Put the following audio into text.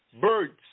birds